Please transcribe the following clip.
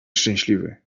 szczęśliwy